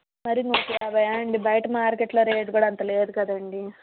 మరీ నూట యాభైయా అండి బయట మార్కెట్లో రేటు కూడా అంత లేదు కదండి